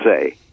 say